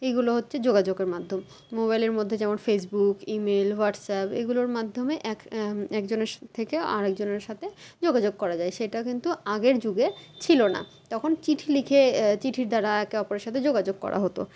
এইগুলো হচ্ছে যোগাযোগের মাধ্যম মোবাইলের মধ্যে যেমন ফেসবুক ইমেল হোয়াটসঅ্যাপ এইগুলোর মাধ্যমে এক একজনের থেকে আরেকজনের সাথে যোগাযোগ করা যায় সেটা কিন্তু আগের যুগে ছিল না তখন চিঠি লিখে চিঠির দ্বারা একে অপরের সাথে যোগাযোগ করা হতো